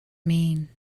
mean